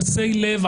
גסי לב ,